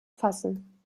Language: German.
fassen